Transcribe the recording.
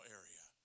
area